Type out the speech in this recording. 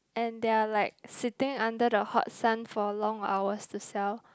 and they are like sitting under the hot sun for long hours to sell